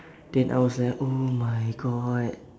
then I was like oh my god